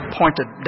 pointed